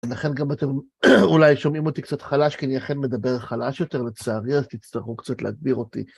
ולכן גם אתם אולי שומעים אותי קצת חלש, כי אני אכן מדבר חלש יותר לצערי, אז תצטרכו קצת להגביר אותי.